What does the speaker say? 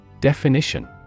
Definition